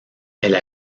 elle